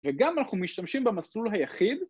‫וגם אנחנו משתמשים במסלול היחיד.